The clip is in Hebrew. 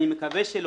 אני מקווה שלא.